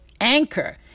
Anchor